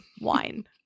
Wine